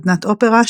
סדנת אופרה,